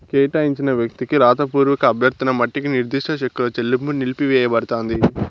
కేటాయించిన వ్యక్తికి రాతపూర్వక అభ్యర్థన మట్టికి నిర్దిష్ట చెక్కుల చెల్లింపు నిలిపివేయబడతాంది